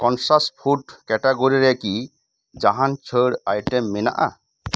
ᱠᱚᱱᱥᱟᱥ food category ᱨᱮ ᱠᱤ ᱡᱟᱦᱟᱱ ᱪᱷᱟ ᱲ ᱟᱭᱴᱮᱢ ᱢᱮᱱᱟᱜᱼᱟ